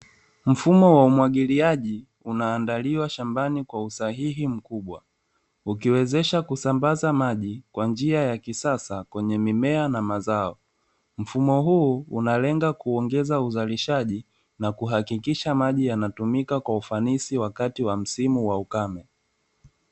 Mfumo wa umwagiliaji unaandaliwa shambani kwa usahihi mkubwa, ukiwezesha kusambaza maji kwa njia ya kisasa kwenye mimea na mazao. Mfumo huu unalenga kuongeza uzalisha na kuhakikisha maji yanatumika kwa ufanisi wakati wa msimu wa ukame.